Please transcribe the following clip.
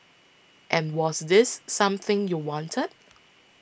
and was this something you wanted